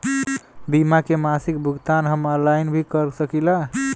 बीमा के मासिक भुगतान हम ऑनलाइन भी कर सकीला?